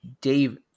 Dave